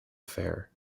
affair